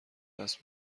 دست